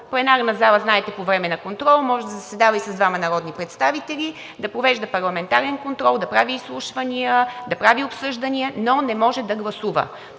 Пленарната зала – знаете, по време на контрол може да заседава и с двама народни представители, да провежда парламентарен контрол, да прави изслушвания, да прави обсъждания, но не може да гласува.